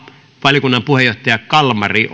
valiokunnan puheenjohtaja kalmari